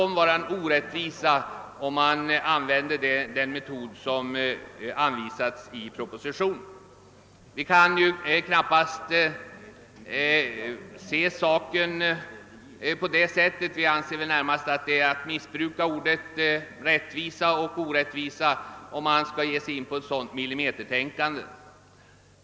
Men vi kan inte se saken på det sättet utan anser det närmast vara ett missbruk av orden rättvisa och orättvisa att ge sig in på ett sådant millimetertänkande.